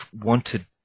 wanted